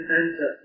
enter